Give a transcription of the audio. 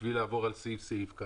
ולעבור סעיף-סעיף...